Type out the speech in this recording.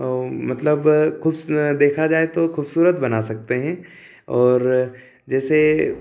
औ मतलब कुस देखा जाए तो खूबसूरत बना सकते हैं और जैसे